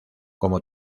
como